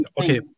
okay